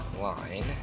line